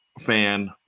fan